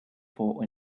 for